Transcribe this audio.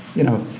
you know,